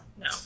no